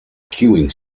queuing